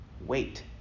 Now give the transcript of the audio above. wait